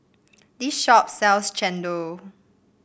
this shop sells chendol